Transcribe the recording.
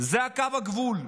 זה קו הגבול.